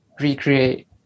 recreate